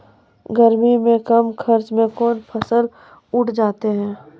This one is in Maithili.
गर्मी मे कम खर्च मे कौन फसल उठ जाते हैं?